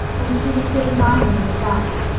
when she was sitting by him in the dusk,